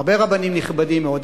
הרבה רבנים נכבדים מאוד,